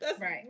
Right